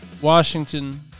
Washington